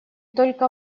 только